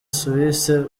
suisse